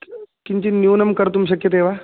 किञ्चिन्न्यूनं कर्तुं शक्यते वा